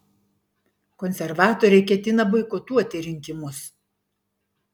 konservatoriai ketina boikotuoti rinkimus